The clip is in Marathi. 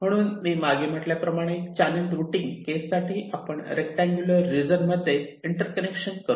म्हणून मी मागे म्हटल्याप्रमाणे चॅनल रुटींग केस साठी आपण रेक्टेंगुलर रिजन मध्ये इंटर्कनेक्शन करतो